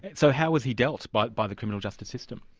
and so how was he dealt but by the criminal justice system?